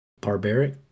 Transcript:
Barbaric